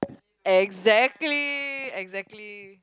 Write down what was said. exactly